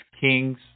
Kings